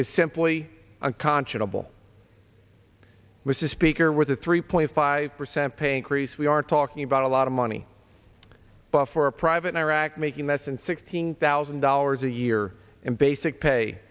is simply unconscionable mrs speaker with a three point five percent pay increase we are talking about a lot of money but for a private in iraq making less than sixteen thousand dollars a year in basic pay